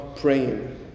praying